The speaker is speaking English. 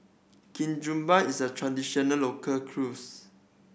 ketupat is a traditional local